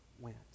went